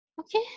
Okay